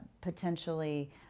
potentially